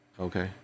Okay